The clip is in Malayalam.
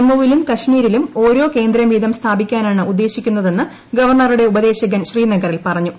ജമ്മുവിലും കാശ്മീരിലും ഓരോ കേന്ദ്രം വീതം സ്ഥാപിക്കാനാണ് ഉദ്ദേശിക്കുന്നതെന്ന് ഗവർണറുടെ ഉപദേശകൻ ശ്രീനഗറിൽ പറഞ്ഞു